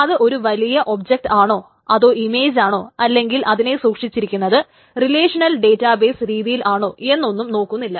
അത് ഒരു വലിയ ഒബ്ജക്റ്റ് ആണോ അതോ ഇമേജാണോ അല്ലെങ്കിൽ അതിനെ സൂക്ഷിച്ചിരിക്കുന്നത് റിലേഷനൽ ഡേറ്റാ ബെസ് രീതിയിൽ ആണോ എന്നൊന്നും നോക്കുന്നില്ല